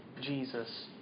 Jesus